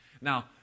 Now